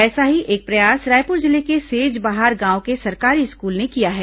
ऐसा ही एक प्रयास रायपुर जिले के सेजबहार गांव के सरकारी स्कूल ने किया है